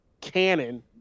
canon